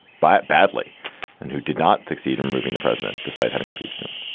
but badly and who did not succeed in removing the president despite having impeached him?